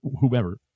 whoever